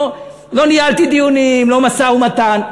לא ניהלתי דיונים, לא משא-ומתן.